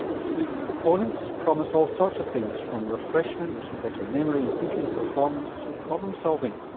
sleep proponents promise all sorts of things from refreshment to better memory and thinking performance to problem solving.